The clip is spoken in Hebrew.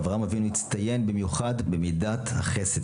אברהם אבינו הצטיין במיוחד במידת החסד,